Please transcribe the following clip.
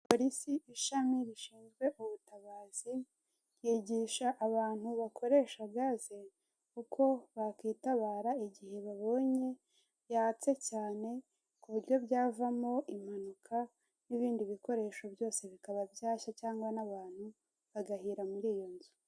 Polisi ishami rishinzwe ubutabazi yigisha abantu bakoresha gaze uko bakwitabara igihe babonye yatse cyane ku buryo byavamo impanuka n'ibindi bikoresho byose bikaba byashya cyangwa n'abantu bagahera muri iyo nzu.